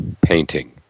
painting